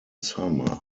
summer